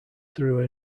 through